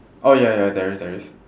oh ya ya there is there is